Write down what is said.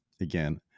again